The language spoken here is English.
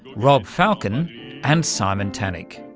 rob falken and simon tannock.